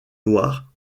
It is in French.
loir